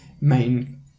main